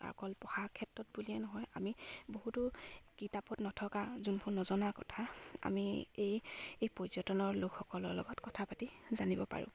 অকল পঢ়াৰ ক্ষেত্ৰত বুলিয়েই নহয় আমি বহুতো কিতাপত নথকা যোনবোৰ নজনা কথা আমি এই এই পৰ্যটনৰ লোকসকলৰ লগত কথা পাতি জানিব পাৰোঁ